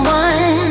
one